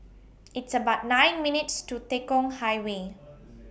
It's about nine minutes' to Tekong Highway